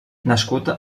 nascut